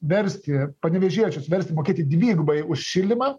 versti panevėžiečius versti mokėti dvigubai už šildymą